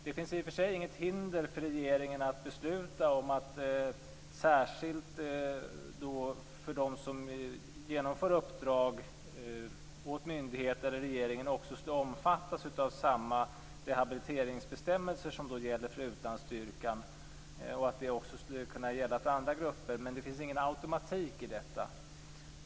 Det finns i och för sig inget hinder för regeringen att särskilt besluta att de som genomför uppdrag åt myndigheter eller regering också skall omfattas av samma rehabiliteringsbestämmelser som gäller för utlandsstyrkan och att det också skulle kunna gälla för andra grupper. Men det finns ingen automatik i detta.